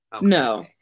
No